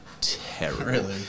terrible